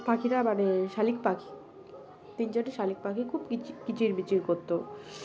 পাখিরা মানে শালিক পাখি তিন চারটে শালিক পাখি খুব কিচির বিচির করতো